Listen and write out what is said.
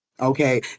Okay